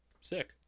Sick